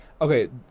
Okay